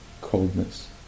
coldness